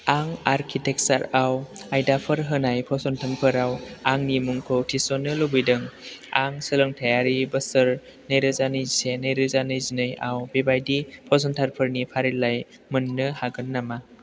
आं आर्किटेकसारआव आयदाफोर होनाय फसंथानफोराव आंनि मुंखौ थिसननो लुबैदों आं सोलोंथायारि बोसोर नैरोजा नैजिसे नैरोजा नैजिनै आव बेबादि फसंथानफोरनि फारिलाइ मोननो हागोन नामा